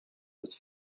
was